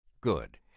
Good